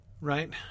Right